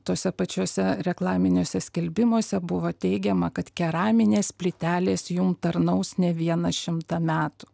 tuose pačiuose reklaminiuose skelbimuose buvo teigiama kad keraminės plytelės jum tarnaus ne vieną šimtą metų